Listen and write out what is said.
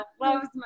loves